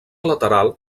lateral